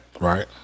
Right